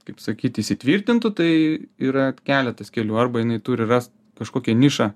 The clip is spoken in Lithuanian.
kaip sakyt įsitvirtintų tai yra keletas kelių arba jinai turi rast kažkokią nišą